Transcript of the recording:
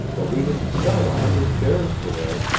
but we didn't sell a hundred shares to-day.